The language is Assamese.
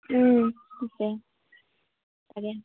আছে চাগে